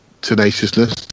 Tenaciousness